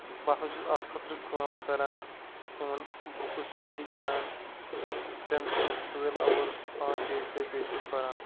تہٕ بہٕ ہَسا چھُس اَتھ خٲطرٕ کٲم کَران اِوٕن بُکٕس سٹیڈی کَران ٹٮ۪ن ٹُہ ٹُوٮ۪ل اَوٲرٕس on day to day basis پَران